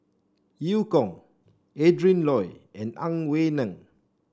Eu Kong Adrin Loi and Ang Wei Neng